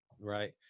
right